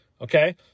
okay